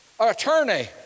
attorney